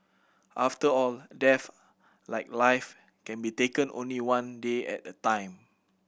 after all death like life can be taken only one day at a time